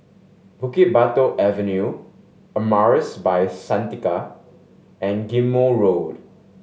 Bukit Batok Avenue Amaris By Santika and Ghim Moh Road